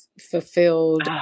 fulfilled